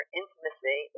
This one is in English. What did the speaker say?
intimacy